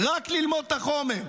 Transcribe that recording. תלמדי את החומר,